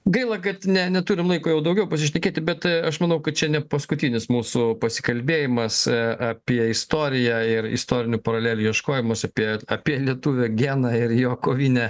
gaila kad neturim laiko jau daugiau pasišnekėti bet aš manau kad čia ne paskutinis mūsų pasikalbėjimas apie istoriją ir istorinių paralelių ieškojimas apie apie lietuvio geną ir jo kovinę